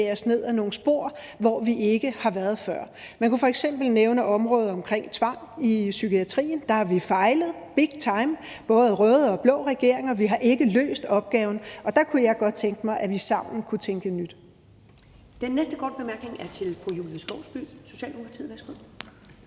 os ned ad nogle spor, hvor vi ikke har været før. Man kunne f.eks. nævne området omkring tvang i psykiatrien. Der har vi fejlet big time, både røde og blå regeringer. Vi har ikke løst opgaven, og der kunne jeg godt tænke mig, at vi sammen kunne tænke nyt.